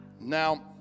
Now